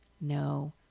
no